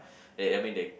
they I mean they